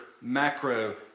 macro